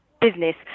business